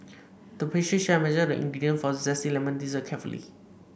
the pastry chef measured the ingredients for a zesty lemon dessert carefully